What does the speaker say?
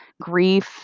grief